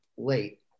late